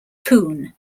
pune